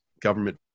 government